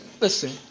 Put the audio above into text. Listen